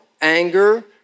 anger